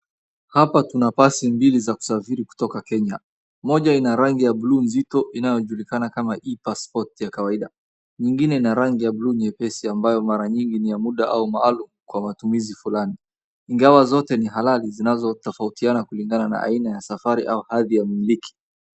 Hapa kuna pasi mbili za kusafiri kutoka Kenya. Moja ina rangi ya buluu nzito inayojulikana kama E-Pasipoti ya kawaida. Nyingine ina rangi ya buluu nyepesi, ambayo mara nyingi ni ya muda au maalum kwa matumizi fulani. Ingawa zote ni halali, zinazotafautiana kulingana na aina ya safari au hadihi ya mmiliki.